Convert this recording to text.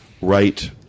right